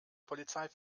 polizei